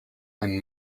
ein